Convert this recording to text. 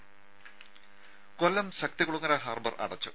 ദേദ കൊല്ലം ശക്തികുളങ്ങര ഹാർബർ അടച്ചു